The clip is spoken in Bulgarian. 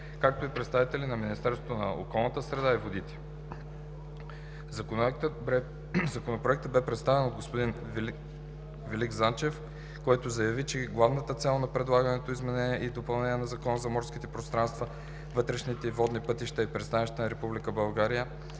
както и представители на Министерството на околната среда и водите. Законопроектът бе представен от господин Велик Занчев, който заяви, че главната цел на предлаганото изменение и допълнение на Закона за морските пространства, вътрешните водни пътища и пристанищата на